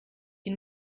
die